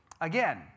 Again